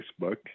Facebook